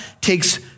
takes